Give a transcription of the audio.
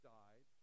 died